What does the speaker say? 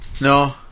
No